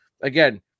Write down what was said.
again